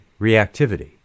reactivity